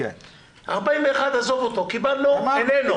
41 מיליון, עזוב אותו קיבלנו, איננו.